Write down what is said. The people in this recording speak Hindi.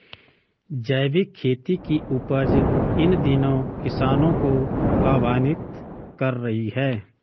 जैविक खेती की उपज इन दिनों किसानों को लाभान्वित कर रही है